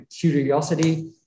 curiosity